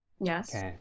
yes